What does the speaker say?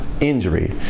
injury